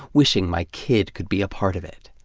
wishing my kid could be a part of it.